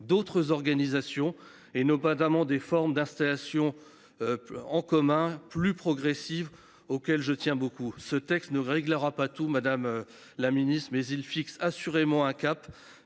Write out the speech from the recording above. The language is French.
d’autres organisations, notamment à des formes d’installation en commun, plus progressives, auxquelles je tiens beaucoup. Ce texte ne réglera pas tout, madame la ministre, mais il fixe assurément un cap